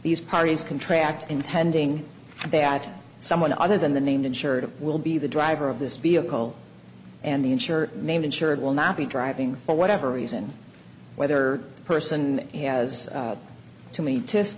these parties contract intending that someone other than the named insured will be the driver of this vehicle and the insurer made insured will not be driving for whatever reason whether the person has too many test